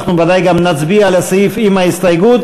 אנחנו ודאי גם נצביע על הסעיף עם ההסתייגות,